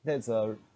that's a